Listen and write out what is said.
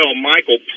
Michael